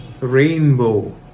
Rainbow